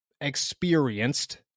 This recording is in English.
experienced